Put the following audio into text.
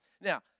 Now